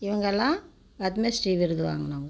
இவங்க எல்லா பத்மஸ்ரீ விருது வாங்குனவங்கள்